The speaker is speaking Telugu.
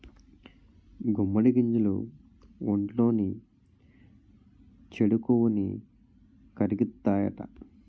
గుమ్మడి గింజలు ఒంట్లోని చెడు కొవ్వుని కరిగిత్తాయట